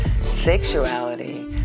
sexuality